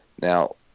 Now